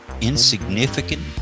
insignificant